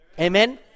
Amen